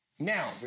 Now